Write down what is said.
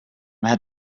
had